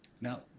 Now